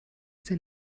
der